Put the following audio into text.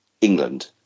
England